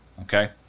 okay